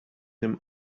him